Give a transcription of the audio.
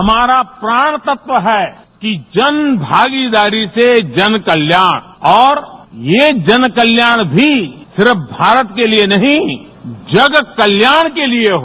हमारा प्राण तत्व है कि जन भागीदारी से जन कल्याण और ये जन कल्याण भी सिर्फ भारत के लिए नहीं जग कल्याण के लिए हो